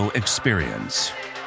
experience